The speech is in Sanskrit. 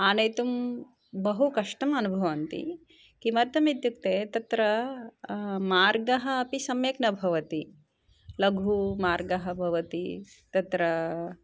आनयितुं बहुकष्टम् अनुभवन्ति किमर्थम् इत्युक्ते तत्र मार्गः अपि सम्यक् न भवति लघु मार्गः भवति तत्र